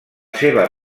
seva